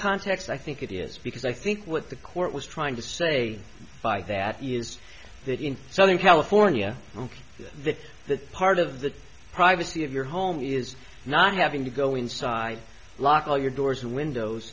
context i think it is because i think what the court was trying to say by that is that in southern california that that part of the privacy of your home is not having to go inside lock all your doors and windows